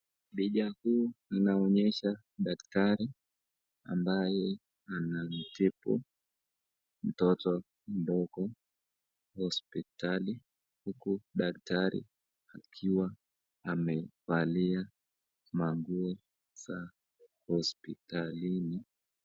Picha huu unaonyesha daktari ambaye anamtibu mtoto mdogo hospitali huku daktari akiwa amevalia manguo za hospitalini.